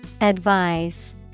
Advise